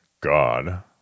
God